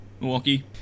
Milwaukee